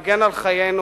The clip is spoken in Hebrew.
להגן על חיינו,